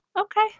Okay